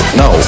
no